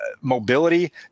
mobility